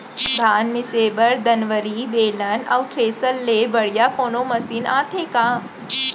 धान मिसे बर दंवरि, बेलन अऊ थ्रेसर ले बढ़िया कोनो मशीन आथे का?